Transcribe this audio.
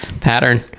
pattern